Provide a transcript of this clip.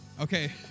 Okay